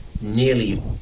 nearly